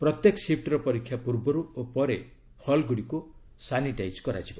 ପ୍ରତ୍ୟେକ ସିଫ୍ଟର ପରୀକ୍ଷା ପୂର୍ବରୁ ଓ ପରେ ହଲ୍ଗୁଡ଼ିକୁ ସାନିଟାଇଜ୍ କରାଯିବ